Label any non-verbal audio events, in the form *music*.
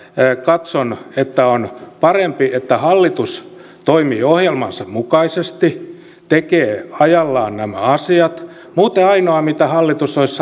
katson että on parempi että hallitus toimii ohjelmansa mukaisesti tekee ajallaan nämä asiat muuten ainoa mitä hallitus olisi *unintelligible*